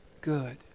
good